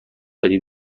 داری